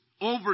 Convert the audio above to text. over